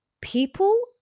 People